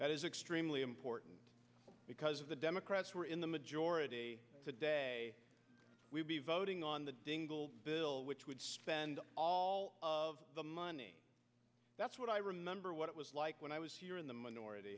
that is extremely important because the democrats were in the majority today we'd be voting on the dingell bill which would spend all of the money that's what i remember what it was like when i was in the minority